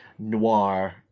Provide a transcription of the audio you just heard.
Noir